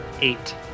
Eight